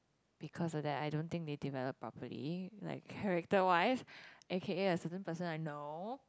because of that I don't think they develop properly like character wife A_K_A and certain person I know